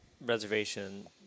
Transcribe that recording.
reservation